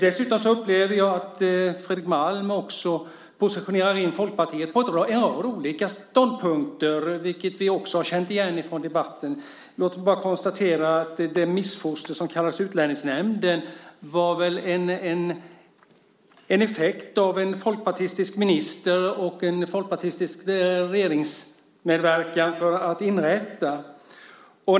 Dessutom upplever jag att Fredrik Malm positionerar Folkpartiet på en rad olika ståndpunkter, vilket vi också känner igen från debatten. Låt mig konstatera att det missfoster som kallades Utlänningsnämnden var ett resultat av att en folkpartistisk minister, i en folkpartistisk regeringsmedverkan, var med om att inrätta den.